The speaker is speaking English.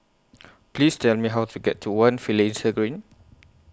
Please Tell Me How to get to one Finlayson Green